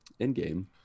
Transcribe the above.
Endgame